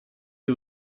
you